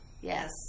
Yes